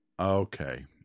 Okay